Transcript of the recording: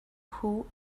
who